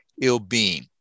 ill-being